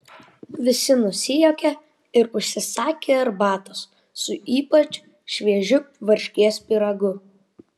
visi nusijuokė ir užsisakė arbatos su ypač šviežiu varškės pyragu